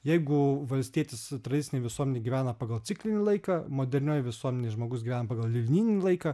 jeigu valstietis tradicinėj visuomenėj gyvena pagal ciklinį laiką modernioj visuomenėj žmogus gyvena pagal linijinį laiką